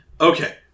okay